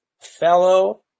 fellow